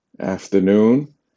afternoon